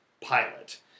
pilot